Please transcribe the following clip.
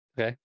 Okay